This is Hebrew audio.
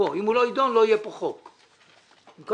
אם הוא לא ידון, לא יהיה חוק.